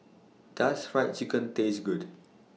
Does Fried Chicken Taste Good